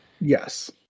yes